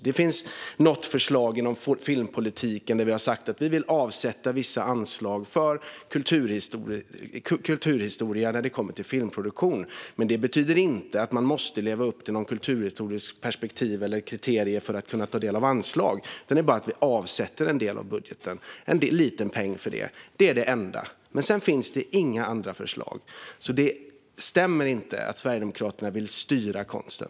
Det finns något förslag inom filmpolitiken där vi har sagt att vi vill avsätta vissa anslag till kulturhistoria när det kommer till filmproduktion, men det betyder inte att man måste leva upp till några kulturhistoriska perspektiv eller kriterier för att ta del av anslagen utan bara att vi avsätter en del av budgeten - en liten peng ska gå till det. Det är det enda. Det finns inga andra förslag. Det stämmer alltså inte att Sverigedemokraterna vill styra konsten.